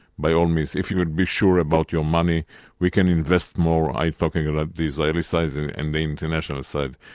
by all means. if you would be sure about your money we can invest more, i'm talking about the israeli side and and the international side.